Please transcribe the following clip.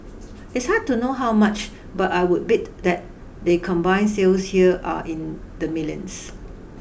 it's hard to know how much but I would bet that their combined sales here are in the millions